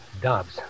Dobbs